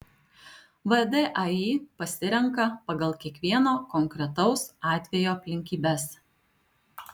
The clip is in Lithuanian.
vdai pasirenka pagal kiekvieno konkretaus atvejo aplinkybes